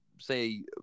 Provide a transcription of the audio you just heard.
say